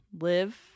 live